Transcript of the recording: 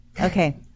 okay